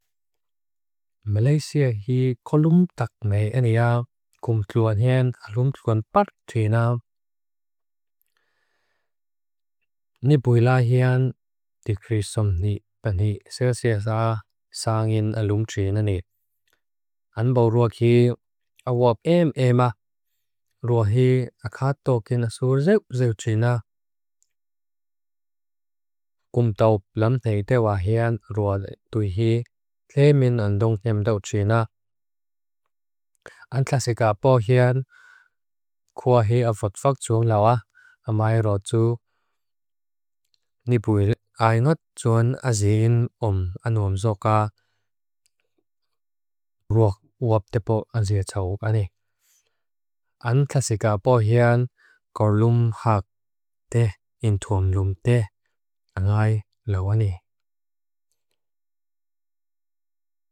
Malaysia hi kolum takme enia kum tluanhen alum tluanpad tina. Nibuila hian dikrisom ni bani sasasa sangin alum tina nid. Anbaurua ki awap em ema. Rua hi akato kinasur zeu zeu tina. Kumtaub lamhei tewa hian rua dui hi tle minandung hemdau tina. An klasika bo hian kuwa hi afadfak tsuang lawa amae roju. Nibuila ai ngot tsuan azin om anuam zoka ruak uwap tepo azia tsawuk ani. An klasika bo hian kolum hak te intuam lum te angai lawa ni.